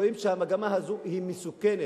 רואים שהמגמה הזאת היא מסוכנת.